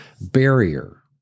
barrier